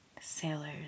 Sailors